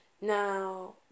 Now